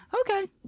Okay